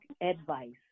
advice